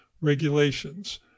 regulations